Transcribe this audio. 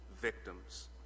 victims